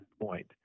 point